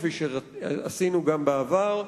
כפי שעשינו בעבר,